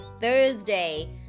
Thursday